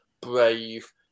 brave